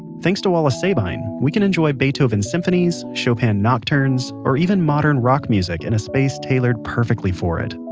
thanks to wallace sabine, we can enjoy beethoven symphonies, chopin nocturnes, or even modern rock music in a space tailored perfectly for it.